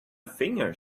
finger